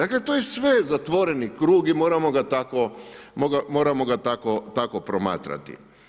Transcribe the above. Dakle, to je sve zatvoreni krug i moramo ga tako promatrati.